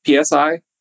PSI